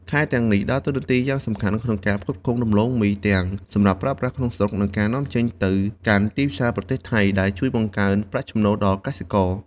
ខេត្តទាំងនេះដើរតួនាទីយ៉ាងសំខាន់ក្នុងការផ្គត់ផ្គង់ដំឡូងមីទាំងសម្រាប់ប្រើប្រាស់ក្នុងស្រុក និងការនាំចេញទៅកាន់ទីផ្សារប្រទេសថៃ ដែលជួយបង្កើនប្រាក់ចំណូលដល់កសិករ។